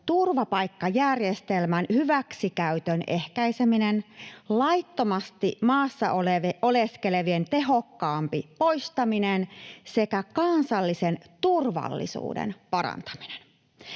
turvapaikkajärjestelmän hyväksikäytön ehkäiseminen, laittomasti maassa oleskelevien tehokkaampi poistaminen sekä kansallisen turvallisuuden parantaminen.